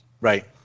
Right